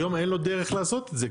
היום אין לו דרך לעשות את זה,